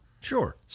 Sure